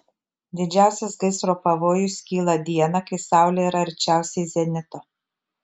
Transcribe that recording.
didžiausias gaisro pavojus kyla dieną kai saulė yra arčiausiai zenito